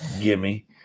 gimme